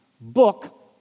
book